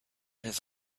his